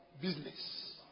business